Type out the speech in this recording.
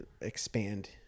expand